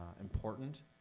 important